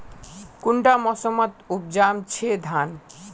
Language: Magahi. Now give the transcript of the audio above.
कुंडा मोसमोत उपजाम छै धान?